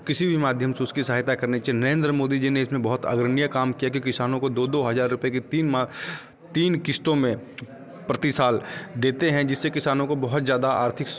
किसी भी माध्यम से उसकी सहायता करनी चाहिए नरेंद्र मोदी जी ने इसमें बहुत आदरणीय काम किया कि किसानों को दो दो हज़ार रूपए की तीन तीन किश्तों में प्रति साल देते हैं जिससे किसानों को बहुत ज़्यादा आर्थिक